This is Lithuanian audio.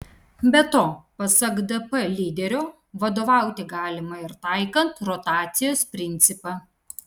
be to pasak dp lyderio vadovauti galima ir taikant rotacijos principą